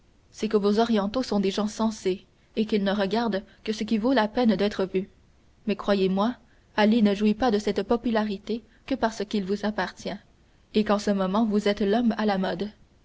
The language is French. c'est que vos orientaux sont des gens sensés et qu'ils ne regardent que ce qui vaut la peine d'être vu mais croyez-moi ali ne jouit de cette popularité que parce qu'il vous appartient et qu'en ce moment vous êtes l'homme à la mode